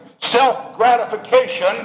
self-gratification